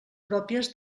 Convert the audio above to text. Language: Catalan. pròpies